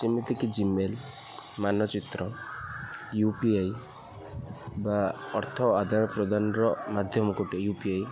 ଯେମିତିକି ଜିମେଲ୍ ମାନଚିତ୍ର U P I ବା ଅର୍ଥ ଆଦାର ପ୍ରଦାନର ମାଧ୍ୟମ ଗୋଟେ ୟୁ ପି ଆଇ